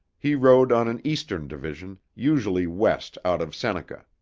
he rode on an eastern division, usually west out of seneca.